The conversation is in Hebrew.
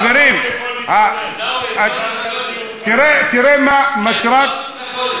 דבר לאט, שנבין אותך.